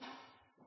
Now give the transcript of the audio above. er